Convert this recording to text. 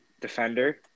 defender